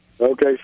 Okay